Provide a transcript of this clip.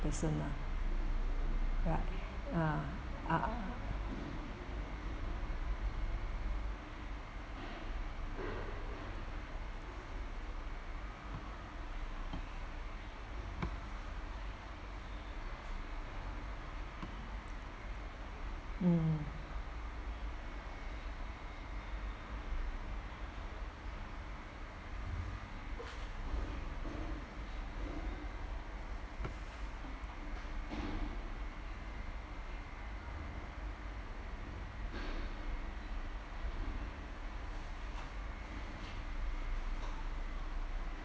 person lah right ah ah mm